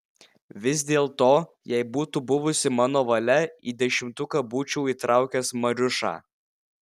vis dėlto jei būtų buvusi mano valia į dešimtuką būčiau įtraukęs mariušą